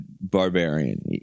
barbarian